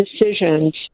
decisions